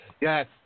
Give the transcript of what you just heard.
Yes